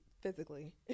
physically